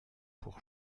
pour